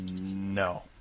No